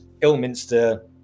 Ilminster